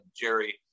Jerry